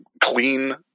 clean